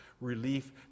Relief